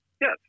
Yes